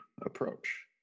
approach